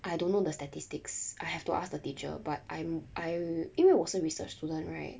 I don't know the statistics I have to ask the teacher but I'm I 因为我是 research student right